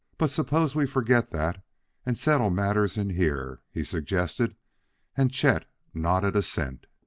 but suppose we forget that and settle matters in here, he suggested and chet nodded assent.